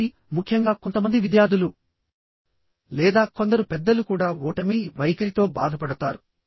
కాబట్టిముఖ్యంగా కొంతమంది విద్యార్థులు లేదా కొందరు పెద్దలు కూడా ఓటమి వైఖరితో బాధపడతారు